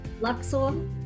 Luxor